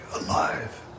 alive